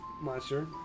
monster